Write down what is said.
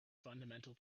fundamental